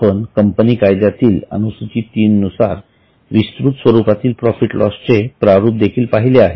आपण कंपनी कायद्या तील अनुसुची 3 नुसार विस्तृत स्वरूपातील प्रॉफिट लॉस चे प्रारूप देखील पाहिले आहे